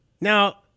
Now